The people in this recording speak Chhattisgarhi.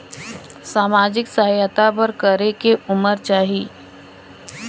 समाजिक सहायता बर करेके उमर चाही?